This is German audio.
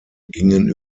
gingen